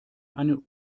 einen